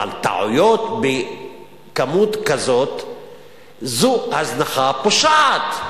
אבל כמות כזאת של טעויות זו הזנחה פושעת.